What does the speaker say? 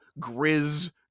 grizz